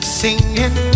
singing